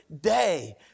day